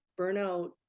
burnout